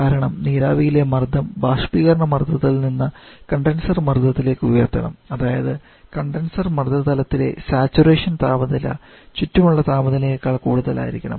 കാരണം നീരാവിയിലെ മർദ്ദം ബാഷ്പീകരണ മർദ്ദത്തിൽ നിന്ന് കണ്ടൻസർ മർദ്ദ നിലയിലേക്ക് ഉയർത്തണം അതായത് കണ്ടൻസർ മർദ്ദ തലത്തിലെ സാച്ചുറേഷൻ താപനില ചുറ്റുമുള്ള താപനിലയേക്കാൾ കൂടുതലായിരിക്കണം